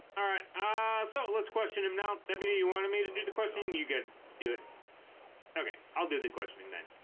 all right ah so let's question him now debbie you wanted me to do the question you gotta do it okay i'll do the questioning then